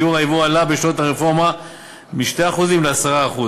שיעור היבוא עלה בשנות הרפורמה מ-2% ל-10%.